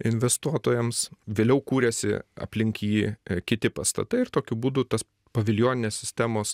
investuotojams vėliau kūrėsi aplink jį kiti pastatai ir tokiu būdu tas paviljoninės sistemos